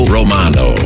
Romano